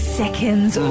seconds